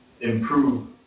improve